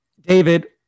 David